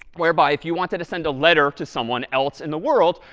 whereby if you wanted to send a letter to someone else in the world,